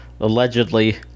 allegedly